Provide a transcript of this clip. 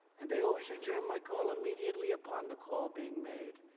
and they always returned my call immediately upon the call being made.